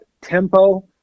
tempo